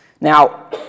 Now